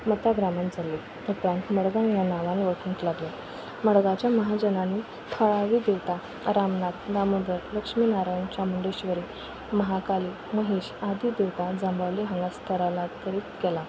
मतग्रामान जाल्ली उपरांत मडगांव ह्या नांवान वळखूंक लागलें मडगांवच्या महाजनांनी थळावी देवता रामनाथ दामोदर लक्ष्मीनारायण चामुंडेश्वरी महाकाली महेश आदी देवता जांबावले हांगा स्थरालातरीत केलां